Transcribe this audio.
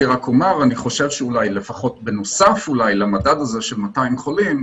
אני רק אומר שאני חושב שאולי לפחות בנוסף אולי למדד הזה של 200 חולים,